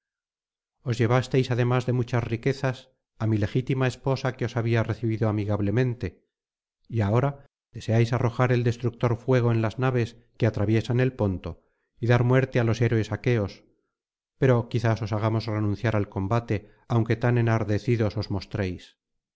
llevasteis además de muchas riquezas á mi legítima esposa que os había recibido amigablemente y ahora deseáis arrojar el destructor fuego en las naves que atraviesan el ponto y dar muerte á los héroes aqueos pero quizás os hagamos renunciar al combate aunque tan enardecidos os mostréis